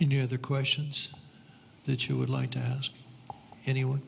know the questions that you would like to ask anyone